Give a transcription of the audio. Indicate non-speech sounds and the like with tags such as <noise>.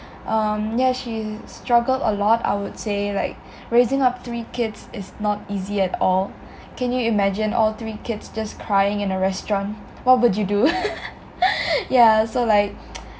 um yeah she struggled a lot I would say like raising up three kids is not easy at all can you imagine all three kids just crying in a restaurant what would you do <laughs> yah so like